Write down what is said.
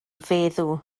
feddw